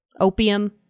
opium